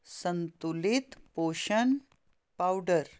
ਸੰਤੁਲਿਤ ਪੋਸ਼ਣ ਪਾਊਡਰ